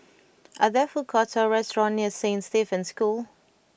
are there food courts or restaurants near Saint Stephen's School